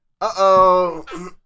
uh-oh